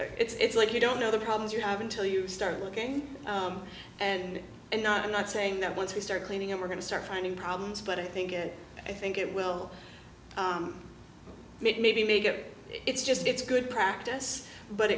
it's like you don't know the problems you have until you start looking and and i'm not saying that once we start cleaning up we're going to start finding problems but i think and i think it will make maybe make it it's just it's good practice but